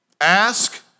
Ask